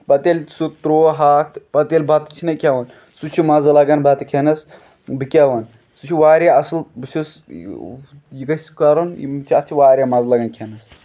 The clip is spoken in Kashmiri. پَتہٕ ییٚلہِ سُہ تروو ہاکھ تہٕ پَتہٕ ییٚلہِ بَتہٕ چھِ نہ کھیٚوان تیُتھ چھُ مَزٕ لگان بَتہٕ کھیٚنَس بہٕ کیاہ وَنہٕ سُہ چھُ واریاہ اَصٕل بہٕ چھُس یہِ گژھِ کَرُن اَتھ چھُ واریاہ مَزٕ لگان کھیٚنَس